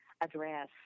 Address